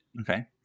Okay